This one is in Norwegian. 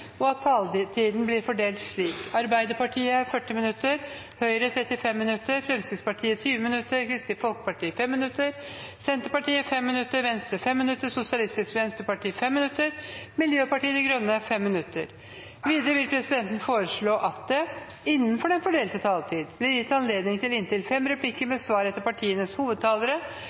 og at taletiden blir fordelt slik: Arbeiderpartiet 40 minutter, Høyre 35 minutter, Fremskrittspartiet 20 minutter, Kristelig Folkeparti 5 minutter, Senterpartiet 5 minutter, Venstre 5 minutter, Sosialistisk Venstreparti 5 minutter og Miljøpartiet De Grønne 5 minutter. Videre vil presidenten foreslå at det – innenfor den fordelte taletid – blir gitt anledning til inntil fem replikker med svar etter partienes hovedtalere